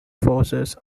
forces